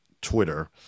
Twitter